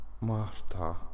Marta